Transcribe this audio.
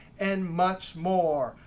and much more.